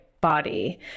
body